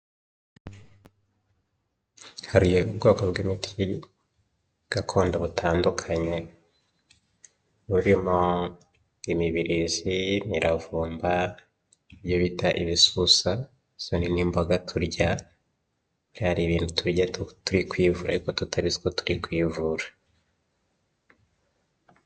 Haruye ubwoko bw'imiti y'ibi gakondo butandukanye burimo imibirizi, imiravumba iyo bita ibisusa, izo ni n'imboga turya, burya hari ibintu turya turi kwivura ariko tutabizi ko turi kwivura.